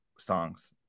songs